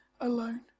alone